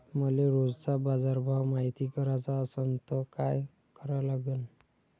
मले रोजचा बाजारभव मायती कराचा असन त काय करा लागन?